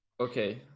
Okay